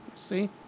see